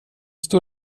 står